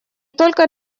только